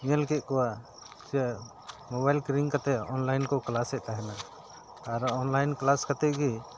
ᱧᱮᱞ ᱠᱮᱜ ᱠᱚᱣᱟ ᱡᱮ ᱢᱚᱵᱟᱭᱤᱞ ᱠᱤᱨᱤᱧ ᱠᱟᱛᱮᱜ ᱚᱱᱞᱟᱭᱤᱱ ᱠᱚ ᱠᱞᱟᱥᱮᱫ ᱛᱟᱦᱮᱱᱟ ᱟᱨ ᱚᱱᱞᱟᱭᱤᱱ ᱠᱞᱟᱥ ᱠᱟᱛᱮᱜ ᱜᱮ